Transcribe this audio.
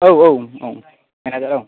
औ औ औ मेनेजार औ